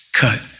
cut